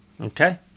okay